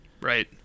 Right